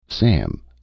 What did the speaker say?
Sam